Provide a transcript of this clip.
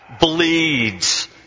bleeds